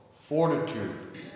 fortitude